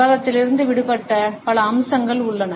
விவாதத்திலிருந்து விடப்பட்ட பல அம்சங்கள் உள்ளன